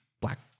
black